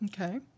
Okay